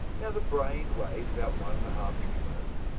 now, the brain weighs about one-and-a-half kilograms.